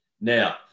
Now